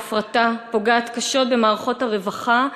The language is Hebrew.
ההפרטה פוגעת קשות במערכות הרווחה,